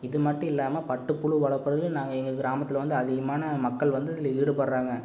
இது மட்டும் இல்லாமல் பட்டுப்புழு வளர்ப்பதிலும் நாங்கள் எங்கள் கிராமத்தில் வந்து அதிகமான மக்கள் வந்து இதில் ஈடுபடுகிறாங்க